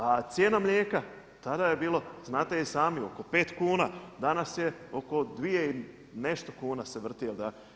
A cijena mlijeka tada je bilo znate i sami oko 5 kuna, danas je oko 2 i nešto se vrti.